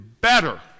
better